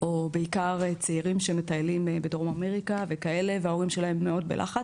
או בעיקר צעירים שמטיילים בדרום אמריקה וכאלה וההורים שלהם מאוד בלחץ,